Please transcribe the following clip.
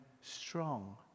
strong